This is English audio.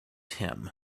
him